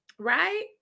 right